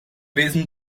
wesen